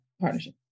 partnership